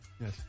Yes